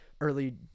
early